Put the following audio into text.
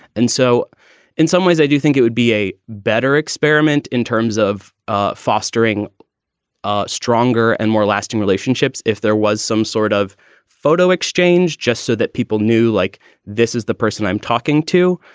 and so in some ways, i do think it would be a better experiment in terms of ah fostering ah stronger and more lasting relationships. relationships. if there was some sort of photo exchange just so that people knew, like this is the person i'm talking to.